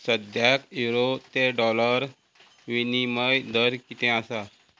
सद्याक इरो ते डॉलर विनिमय दर कितें आसा